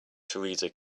theresa